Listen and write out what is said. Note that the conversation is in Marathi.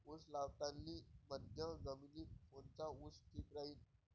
उस लावतानी मध्यम जमिनीत कोनचा ऊस ठीक राहीन?